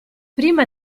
prima